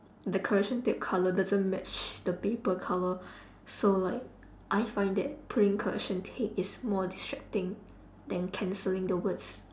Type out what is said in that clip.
the correction tape colour doesn't match the paper colour so like I find that putting correction tape is more distracting than cancelling the words